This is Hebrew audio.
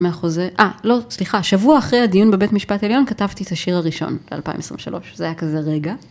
מהחוזה, אה, לא, סליחה, שבוע אחרי הדיון בבית משפט עליון כתבתי את השיר הראשון ב-2023, זה היה כזה רגע.